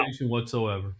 whatsoever